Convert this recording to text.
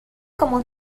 como